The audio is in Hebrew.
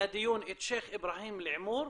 לדיון את שייח' אבראהים אלעמור,